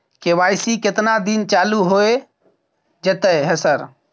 KYC केतना दिन चालू होय जेतै है सर?